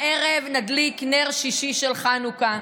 הערב נדליק נר שישי של חנוכה.